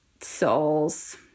souls